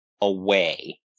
away